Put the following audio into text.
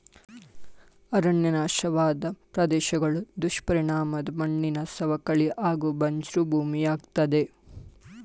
ಅರಣ್ಯ ನಾಶವಾದ್ ಪ್ರದೇಶ್ಗಳು ದುಷ್ಪರಿಣಾಮದ್ ಮಣ್ಣಿನ ಸವಕಳಿ ಹಾಗೂ ಬಂಜ್ರು ಭೂಮಿಯಾಗ್ತದೆ